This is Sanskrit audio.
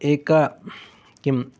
एकं किम्